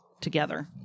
together